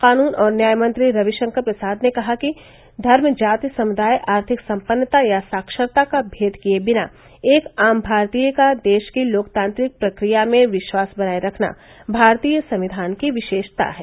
कानून और न्याय मंत्री रविशंकर प्रसाद ने कहा कि धर्म जाति समुदाय आर्थिक सम्पन्नता या साक्षरता का भेद किए बिना एक आम भारतीय का देश की लोकतांत्रिक प्रक्रिया में विश्वास बनाए रखना भारतीय संविधान की विशेषता है